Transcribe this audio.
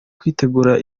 kwitegura